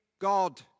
God